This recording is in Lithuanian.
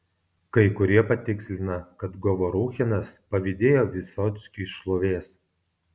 kai kurie patikslina kad govoruchinas pavydėjo vysockiui šlovės